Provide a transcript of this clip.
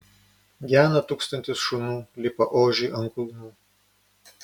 gena tūkstantis šunų lipa ožiui ant kulnų